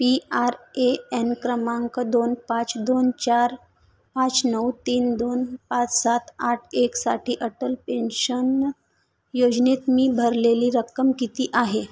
P R A N क्रमांक दोन पाच दोन चार पाच नऊ तीन दोन पाच सात आठ एकसाठी अटल पेन्शन योजनेत मी भरलेली रक्कम किती आहे